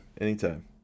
Anytime